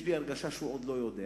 יש לי הרגשה שהוא עוד לא יודע,